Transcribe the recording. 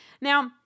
now